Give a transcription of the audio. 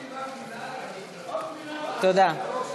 תודה.